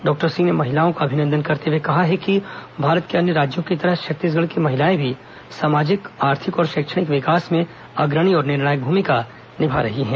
doctor Singh ने महिलाओं का अभिनंदन करते हुए कहा है कि भारत के अन्य राज्यों की तरह छत्तीसगढ़ की महिलाएं भी सामाजिक आर्थिक और शैक्षणिक विकास में अग्रणी और निर्णायक भूमिका निभा रही हैं